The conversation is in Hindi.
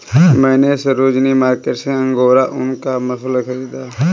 मैने सरोजिनी मार्केट से अंगोरा ऊन का मफलर खरीदा है